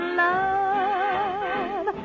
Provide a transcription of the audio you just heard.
love